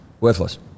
Worthless